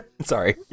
Sorry